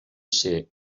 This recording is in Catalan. ser